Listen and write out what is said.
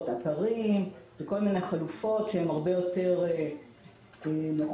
אתרים וכל מיני חלופות שהן הרבה יותר נוחות,